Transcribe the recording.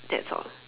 that's all